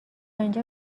اینجا